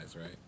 right